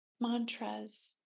mantras